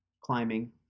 climbing